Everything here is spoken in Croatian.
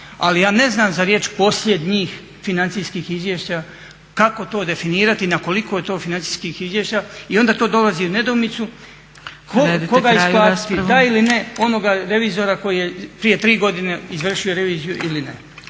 ali ja ne znam za riječ posljednjih financijskih izvješća kako to definirati, na koliko je to financijskih izvješća? I onda to dolazi u nedoumicu koga .../Govornik se ne razumije./… onoga revizora koji je prije tri godine izvršio reviziju ili ne.